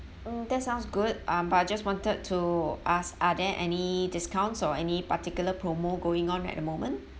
mm that sounds good uh but I just wanted to ask are there any discounts or any particular promo going on at the moment